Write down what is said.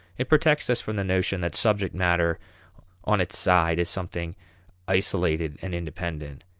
it protects us from the notion that subject matter on its side is something isolated and independent.